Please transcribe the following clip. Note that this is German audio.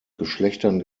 geschlechtern